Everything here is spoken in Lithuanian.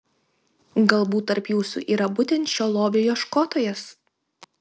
galbūt tarp jūsų yra būtent šio lobio ieškotojas